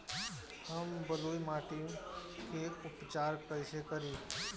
हम बलुइ माटी के उपचार कईसे करि?